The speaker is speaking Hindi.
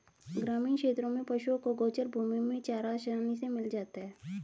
ग्रामीण क्षेत्रों में पशुओं को गोचर भूमि में चारा आसानी से मिल जाता है